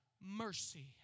Mercy